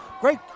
Great